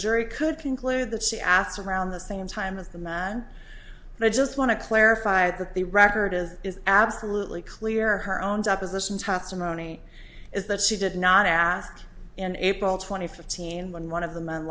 jury could conclude that she asked around the same time with the man and i just want to clarify that the record is absolutely clear her own deposition tazza mony is that she did not ask in april twenty fifth teen when one of the